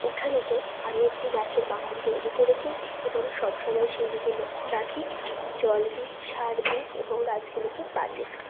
উঠানেতে আমি একটি গাছের বাগান তৈরি করেছি এবং সব সময় সেইদিকে লক্ষ্য রাখি জল দিই সার দিই এবং গাছগুলোকে বাড়িয়ে তুলি